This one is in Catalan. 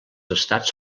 estats